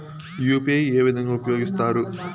UPI ఏ విధంగా ఉపయోగిస్తారు?